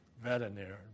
veterinarian